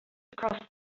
across